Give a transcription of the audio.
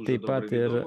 taip pat ir